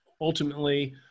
ultimately